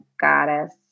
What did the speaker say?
goddess